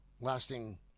lasting